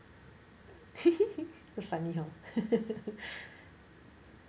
quite funny hor